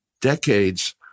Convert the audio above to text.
decades